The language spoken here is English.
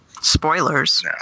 Spoilers